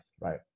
right